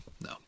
no